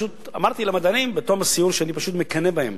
אמרתי למדענים בתום הסיור שאני פשוט מקנא בהם,